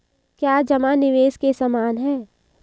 क्या जमा निवेश के समान है?